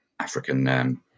African